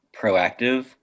proactive